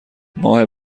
ماه